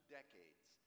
decades